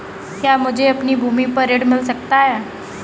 क्या मुझे अपनी भूमि पर ऋण मिल सकता है?